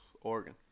Oregon